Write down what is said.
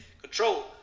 control